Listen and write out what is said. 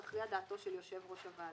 תכריע דעתו של יושב-ראש הוועדה.